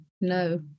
no